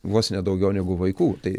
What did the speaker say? vos ne daugiau negu vaikų tai